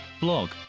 blog